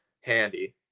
handy